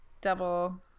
double